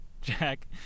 Jack